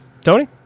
tony